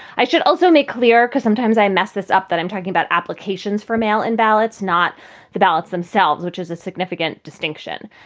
i should also make clear, because sometimes i mess this up, that i'm talking about applications for mail in ballots, not the ballots themselves, which is a significant distinction.